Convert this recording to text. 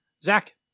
Zach